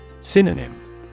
Synonym